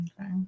Okay